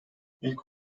i̇lk